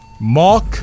Mark